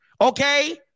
Okay